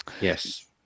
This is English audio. Yes